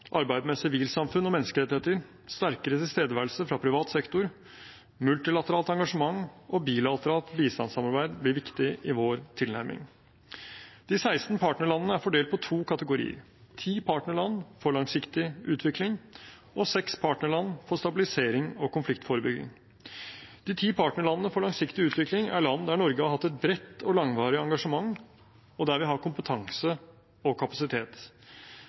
arbeid med sivilsamfunn og menneskerettigheter, sterkere tilstedeværelse fra privat sektor, multilateralt engasjement og bilateralt bistandssamarbeid blir viktig i vår tilnærming. De seksten partnerlandene er fordelt på to kategorier: ti partnerland for langsiktig utvikling og seks partnerland for stabilisering og konfliktforebygging. De ti partnerlandene for langsiktig utvikling er land der Norge har hatt et bredt og langvarig engasjement, og der vi har kompetanse og kapasitet.